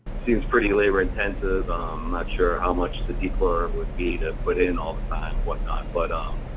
seems pretty labor intensive. i'm not sure how much the de chloriner would be to put in all the time, whatnot. but, um